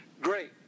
great